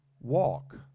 walk